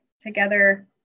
together